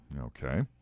Okay